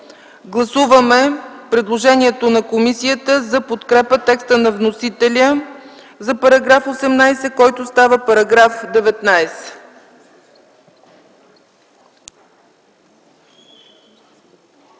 гласуване предложението на комисията за подкрепа текста на вносителя за § 18, който става § 19.